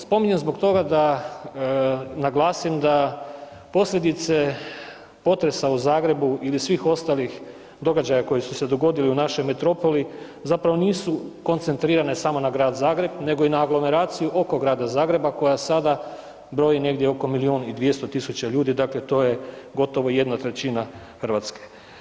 Spominjem zbog toga da naglasim da posljedice potresa u Zagrebu ili svih ostalih događaja koji su se dogodili u našoj metropoli nisu koncentrirane samo na Grad Zagreb nego i na aglomeraciju oko Grada Zagreba koja sada broji negdje oko milijun i 200 tisuća ljudi, dakle to je gotovo jedna trećina Hrvatske.